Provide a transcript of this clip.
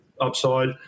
upside